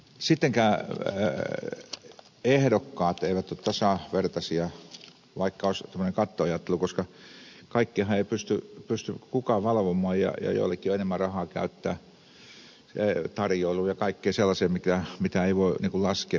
sittenkään ehdokkaat eivät ole tasavertaisia vaikka olisi tuommoinen kattoajattelu koska kaikkiahan ei pysty kukaan valvomaan ja joillakin on enemmän rahaa käyttää tarjoiluun ja kaikkeen sellaiseen mitä ei voi laskea